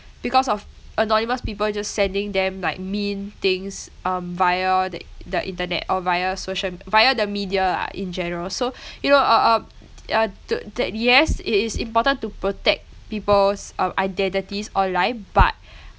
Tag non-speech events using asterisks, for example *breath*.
because of anonymous people just sending them like mean things um via the the internet or via social via the media lah in general so *breath* you know uh uh t~ uh to~ tha~yes it is important to protect people's uh identities online but *breath*